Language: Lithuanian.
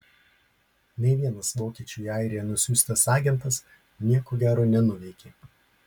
nė vienas vokiečių į airiją nusiųstas agentas nieko gero nenuveikė